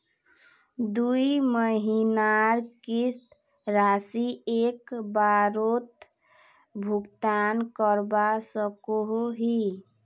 दुई महीनार किस्त राशि एक बारोत भुगतान करवा सकोहो ही?